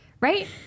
Right